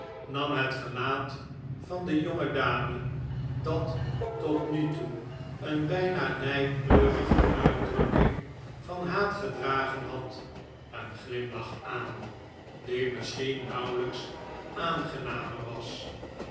nam het gelaat van de jonge dame dat tot nu toe een bijna lijkkleurige uitoo oo oo oa oo drukking van haat gedragen had een glimlach aan die misschien nauwelijks aangenamer was